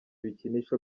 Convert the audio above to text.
bikinisho